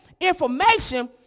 information